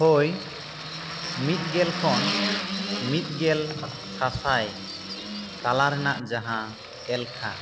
ᱦᱳᱭ ᱢᱤᱫ ᱜᱮᱞ ᱠᱷᱚᱱ ᱢᱤᱫ ᱜᱮᱞ ᱥᱟᱥᱟᱭ ᱛᱟᱞᱟ ᱨᱮᱱᱟᱜ ᱡᱟᱦᱟᱸ ᱮᱞᱠᱷᱟ